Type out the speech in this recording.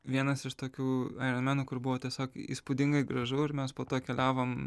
vienas iš tokių aironmenų kur buvo tiesiog įspūdingai gražu ir mes po to keliavom